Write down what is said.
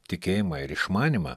tikėjimą ir išmanymą